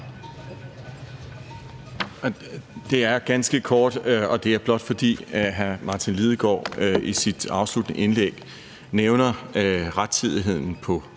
Det er ganske kort, og det er blot, fordi hr. Martin Lidegaard i sit afsluttende indlæg nævner rettidigheden på